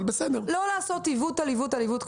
דווקא הייתה כוונה לא לעשות עיוות על עיוות על עיוות,